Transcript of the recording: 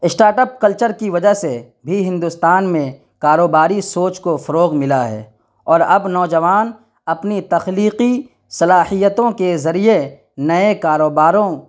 start up culture کی وجہ سے بھی ہندوستان میں کاروباری سوچ کو فروغ ملا ہے اور اب نوجوان اپنی تخلیقی صلاحیتوں کے ذریعے نئے کاروباروں